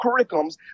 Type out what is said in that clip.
curriculums